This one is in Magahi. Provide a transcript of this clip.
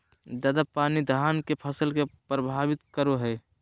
ज्यादा पानी धान के फसल के परभावित करो है?